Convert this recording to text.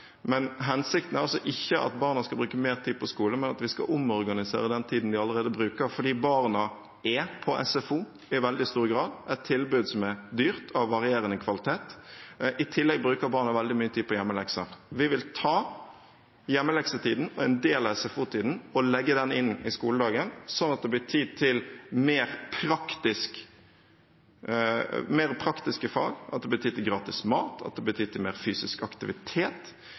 men hensikten er altså ikke at barna skal bruke mer tid på skole, men at vi skal omorganisere den tiden vi allerede bruker, fordi barna er på SFO i veldig stor grad, et tilbud som er dyrt og av varierende kvalitet. I tillegg bruker barna veldig mye tid på hjemmelekser. Vi vil ta hjemmeleksetiden og en del av SFO-tiden og legge den inn i skoledagen, slik at det blir tid til mer praktiske fag, at det blir tid til gratis mat, at det blir tid til mer fysisk aktivitet,